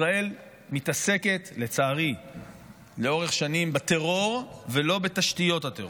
לצערי ישראל מתעסקת לאורך השנים בטרור ולא בתשתיות הטרור.